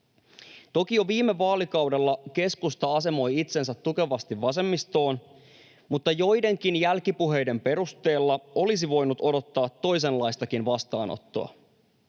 Toki jo viime vaalikaudella keskusta asemoi itsensä tukevasti vasemmistoon, mutta joidenkin jälkipuheiden perusteella olisi voinut odottaa toisenlaistakin vastaanottoa.